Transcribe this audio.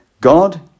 God